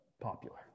popular